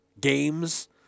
games